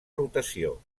rotació